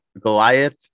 Goliath